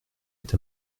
est